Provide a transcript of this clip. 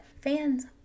fans